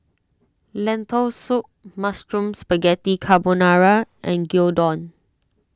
Lentil Soup Mushroom Spaghetti Carbonara and Gyudon